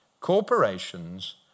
Corporations